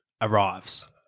arrives